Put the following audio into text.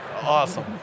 Awesome